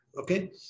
Okay